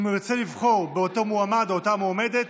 אם הוא ירצה לבחור באותו מועמד או באותה מועמדת,